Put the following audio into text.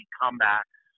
comebacks